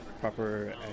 proper